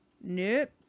Nope